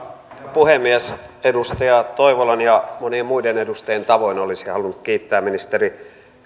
puhemies edustaja toivolan ja monien muiden edustajien tavoin olisin halunnut kiittää ministeri